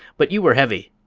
but you were heavy,